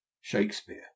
Shakespeare